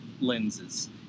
lenses